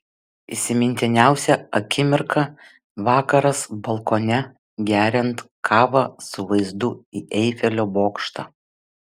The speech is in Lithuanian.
įsimintiniausia akimirka vakaras balkone geriant kavą su vaizdu į eifelio bokštą